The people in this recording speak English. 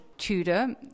Tudor